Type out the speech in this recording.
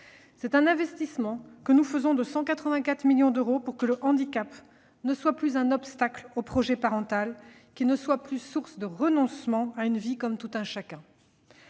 C'est un investissement de 184 millions d'euros que nous réalisons pour que le handicap ne soit plus un obstacle au projet parental, qu'il ne soit plus source de renoncement à une vie à laquelle tout un chacun